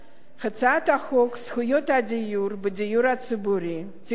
הצעת חוק זכויות הדייר בדיור הציבורי (תיקון,